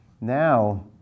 now